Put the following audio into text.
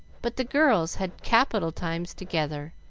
but the girls had capital times together,